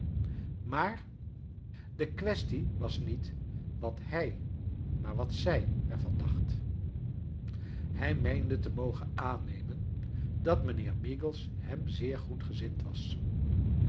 maar de quaes tie was met wat hij maar j wat zij er van dacht hij meende te mogen aanne men j dat mijnheer meagles hem zeer goed gezind was